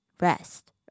rest